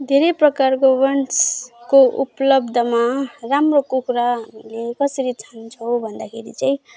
धेरै प्रकारको वंशको उपलब्धमा राम्रो कुखुरा हामीले कसरी छान्छौँ भन्दाखेरि चाहिँ